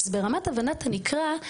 ברמת הבנת הנקרא,